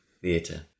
theatre